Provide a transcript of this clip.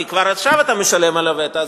כי כבר עכשיו אתה משלם על הווטו,